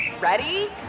Ready